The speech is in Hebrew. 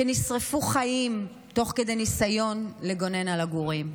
שנשרפו חיים תוך כדי ניסיון לגונן על הגורים,